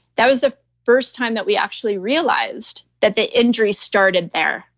that was the first time that we actually realized that the injury started there.